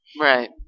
right